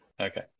Okay